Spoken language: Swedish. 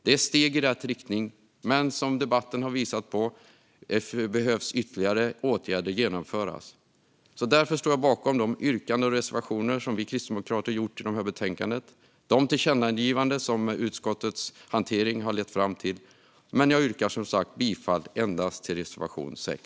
Den innebär steg i rätt riktning, men som debatten har visat behöver ytterligare åtgärder genomföras. Därför står jag bakom de yrkanden och reservationer som vi kristdemokrater har gjort i det här betänkandet och de tillkännagivanden som utskottets hantering har lett fram till, men jag yrkar som sagt bifall endast till reservation 6.